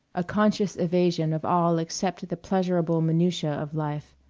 a conscious evasion of all except the pleasurable minutiae of life.